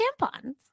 tampons